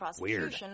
Weird